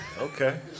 okay